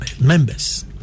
members